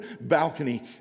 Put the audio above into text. Balcony